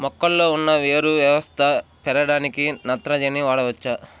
మొక్కలో ఉన్న వేరు వ్యవస్థ పెరగడానికి నత్రజని వాడవచ్చా?